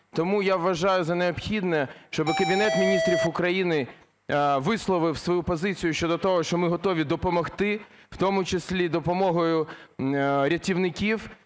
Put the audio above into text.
Тому я вважаю за необхідне, щоб Кабінет Міністрів України висловив свою позицію щодо того, що ми готові допомогти, в тому числі допомогою рятівників,